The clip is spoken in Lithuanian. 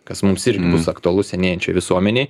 kas mums irgi bus aktualu senėjančioj visuomenėj